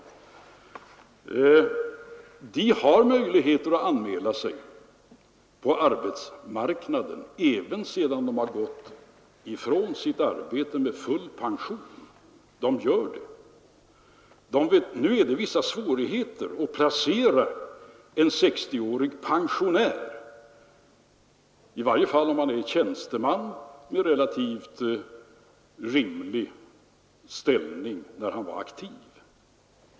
Och man har ju möjlighet att anmäla sig på arbetsmarknaden även sedan man har lämnat sitt arbete med full pension. Man gör det. Nu är det vissa svårigheter att placera en 60-årig pensionär, i varje fall om han är tjänsteman med relativt rimlig ställning som aktiv.